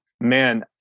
man